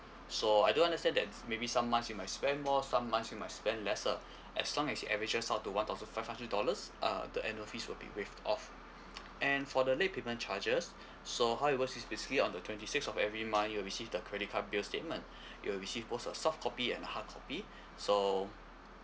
so I do understand that maybe some months you might spend more some months you might spend lesser as long as it averages up to one thousand five hundred dollars uh the annual fees will be waived off and for the late payment charges so how it works is basically on the twenty sixth of every month you will receive the credit card bill statement you will receive both of soft copy and hard copy so